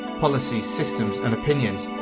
policies, systems and opinions,